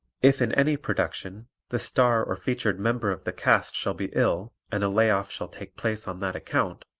if in any production the star or featured member of the cast shall be ill and a lay-off shall take place on that account,